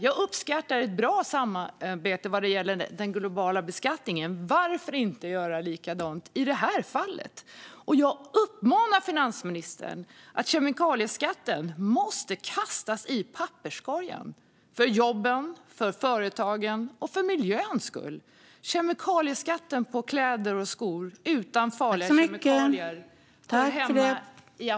Jag uppskattar ett bra samarbete vad gäller den globala beskattningen - varför inte göra likadant i det här fallet? Jag uppmanar finansministern: Kemikalieskatten måste kastas i papperskorgen för jobbens, företagens och miljöns skull. Kemikalieskatten på kläder och skor utan farliga kemikalier hör hemma i Absurdistan.